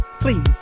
Please